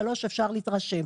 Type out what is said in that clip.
שלוש אפשר להתרשם.